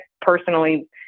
personally